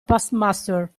postmaster